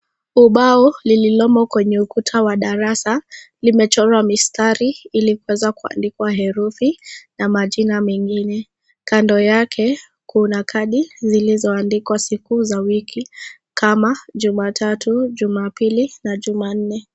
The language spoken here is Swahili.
Ubao lililomo kwenye ukuta wa darasa limechorwa mistari ili kuweza kuandikwa herufi na majina mengine. Kando yake kuna kadi zilizoandikwa siku za wiki kama Jumatatu ,Jumapili na Jumanne.